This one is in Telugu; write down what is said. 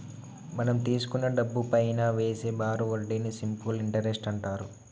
మనం తీసుకున్న డబ్బుపైనా వేసే బారు వడ్డీని సింపుల్ ఇంటరెస్ట్ అంటారు